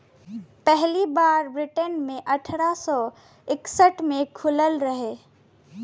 पहली बार ब्रिटेन मे अठारह सौ इकसठ मे खुलल रहे